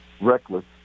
reckless